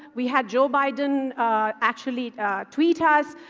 we had joe biden actually tweet us.